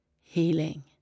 Healing